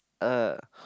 uh